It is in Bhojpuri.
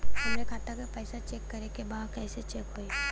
हमरे खाता के पैसा चेक करें बा कैसे चेक होई?